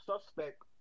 suspect